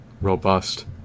robust